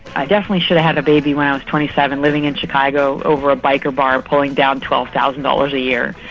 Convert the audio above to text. i definitely should have had a baby when i was twenty seven living in chicago over a biker bar pulling down twelve thousand dollars a year,